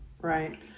right